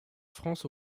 france